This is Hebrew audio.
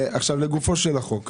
לגופה של הצעת החוק,